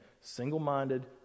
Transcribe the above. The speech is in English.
single-minded